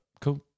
Cool